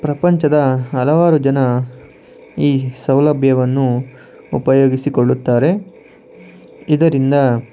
ಪ್ರಪಂಚದ ಹಲವಾರು ಜನ ಈ ಸೌಲಬ್ಯವನ್ನು ಉಪಯೋಗಿಸಿಕೊಳ್ಳುತ್ತಾರೆ ಇದರಿಂದ